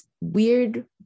weird